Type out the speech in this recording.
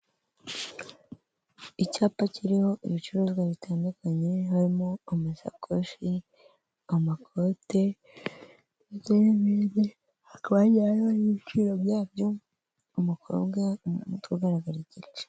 Icyapa kiriho ibicuruzwa bitandukanye harimo amasakoreshe, amakote ndetse n' ibindi hakaba hagiye hariho n'ibiciro byabyo. Umukobwa umutwe ugaragara igice.